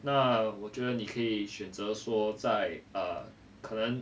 那我觉得你可以选择说在 err 可能